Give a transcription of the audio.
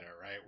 right